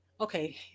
Okay